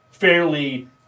Fairly